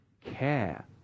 care